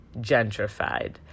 gentrified